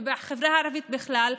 ובחברה הערבית בכלל,